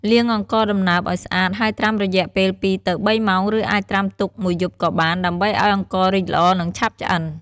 លាងអង្ករដំណើបឲ្យស្អាត ហើយត្រាំរយៈពេល២ទៅ៣ម៉ោង ឬអាចត្រាំទុកមួយយប់ក៏បាន ដើម្បីឱ្យអង្កររីកល្អ និងឆាប់ឆ្អិន។